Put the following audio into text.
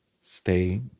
stay